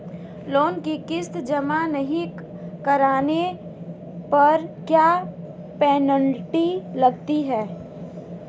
Loan की किश्त जमा नहीं कराने पर क्या पेनल्टी लगती है?